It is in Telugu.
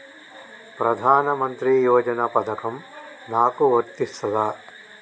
ప్రధానమంత్రి యోజన పథకం నాకు వర్తిస్తదా?